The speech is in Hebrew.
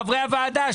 חברי הוועדה,